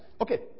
Okay